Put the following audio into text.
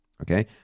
okay